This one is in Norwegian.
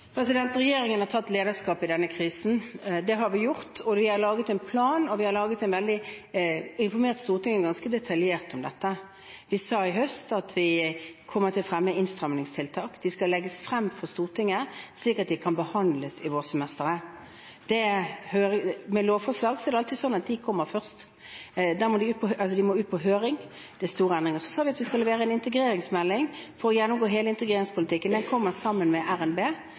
Regjeringen har tatt lederskap i denne krisen. Det har vi gjort. Vi har laget en plan, og vi har informert Stortinget ganske detaljert om dette. Vi sa i høst at vi kommer til å fremme innstrammingstiltak. De skal legges frem for Stortinget slik at de kan behandles i vårsemesteret. Med lovforslag er det alltid slik at de først må ut på høring hvis det er store endringer. Så sa vi at vi skal levere en integreringsmelding for å gjennomgå hele integreringspolitikken. Den kommer sammen med RNB,